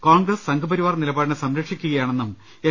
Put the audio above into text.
കോൺഗ്രസ് സംഘപരിവാർ നിലപാടിനെ സംരക്ഷിക്കുകയാ ണെന്നും എൽ